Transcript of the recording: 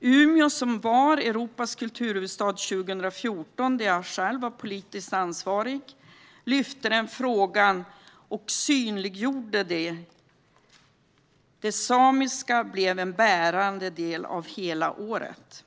Umeå, som var Europas kulturhuvudstad 2014, då jag själv var politiskt ansvarig, tog upp frågan och synliggjorde den. Det samiska blev en bärande del av hela året.